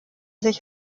sich